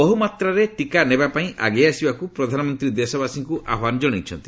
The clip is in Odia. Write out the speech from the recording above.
ବହୁମାତ୍ରାରେ ଟିକା ନେବାପାଇଁ ଆଗେଇ ଆସିବାକୁ ପ୍ରଧାନମନ୍ତ୍ରୀ ଦେଶବାସୀଙ୍କୁ ଆହ୍ୱାନ ଜଣାଇଛନ୍ତି